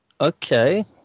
Okay